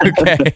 Okay